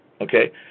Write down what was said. Okay